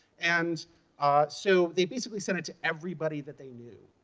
and so they basically sent it to everybody that they knew.